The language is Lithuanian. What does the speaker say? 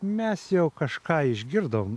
mes jau kažką išgirdom